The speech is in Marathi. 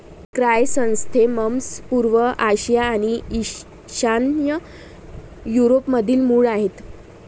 क्रायसॅन्थेमम्स पूर्व आशिया आणि ईशान्य युरोपमधील मूळ आहेत